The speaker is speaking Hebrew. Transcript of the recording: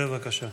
בבקשה.